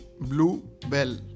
bluebell